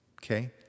okay